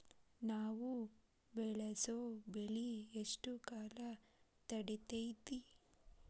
ನಾವು ಬೆಳಸೋ ಬೆಳಿ ಎಷ್ಟು ಕಾಲ ತಡೇತೇತಿ?